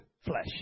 flesh